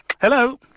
Hello